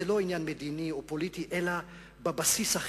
זה לא עניין מדיני או פוליטי, אלא בבסיס החברתי,